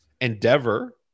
Endeavor